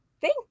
Thank